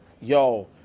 Yo